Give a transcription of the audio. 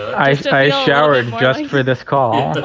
i say i showered just for this call